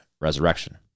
resurrection